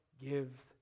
gives